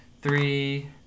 three